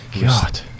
God